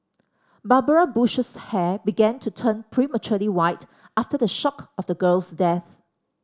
Barbara Bush's hair began to turn prematurely white after the shock of the girl's death